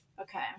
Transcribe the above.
Okay